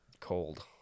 cold